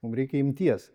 mum reikia imties